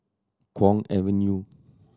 Kwong Avenue